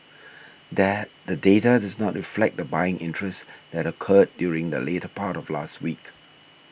that the data dose not reflect the buying interest that occurred during the latter part of last week